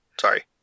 Sorry